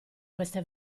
queste